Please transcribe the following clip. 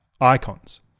Icons